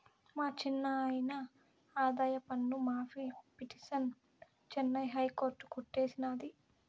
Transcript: మా చిన్నాయిన ఆదాయపన్ను మాఫీ పిటిసన్ చెన్నై హైకోర్టు కొట్టేసినాది